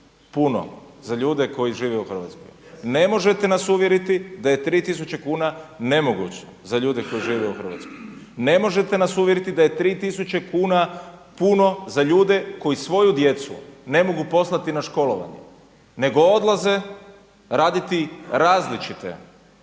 puno za ljude koji žive u Hrvatskoj. Ne možete nas uvjeriti da je 3 tisuće kuna nemoguće za ljude koji žive u Hrvatskoj. Ne možete nas uvjeriti da je 3 tisuće kuna puno za ljude koji svoju djecu ne mogu poslati na školovanje nego odlaze raditi različite